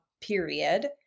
period